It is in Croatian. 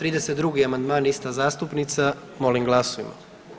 32. amandman, ista zastupnica, molim glasujmo.